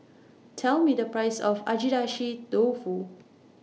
Tell Me The Price of Agedashi Dofu